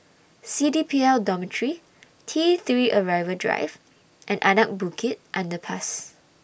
C D P L Dormitory T three Arrival Drive and Anak Bukit Underpass